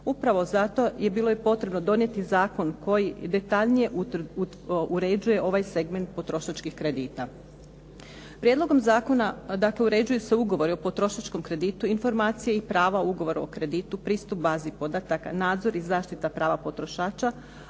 Upravo zato je bilo i potrebno donijeti zakon koji detaljnije uređuje ovaj segment potrošačkih kredita. Prijedlogom zakona, dakle uređuju se ugovori o potrošačkom kreditu, informacije i prava ugovora o kreditu, pristup bazi podataka, nadzor i zaštita prava potrošača,